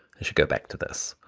should get back to this.